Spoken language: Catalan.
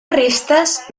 restes